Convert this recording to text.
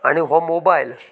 आनी हो मोबायल